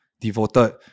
devoted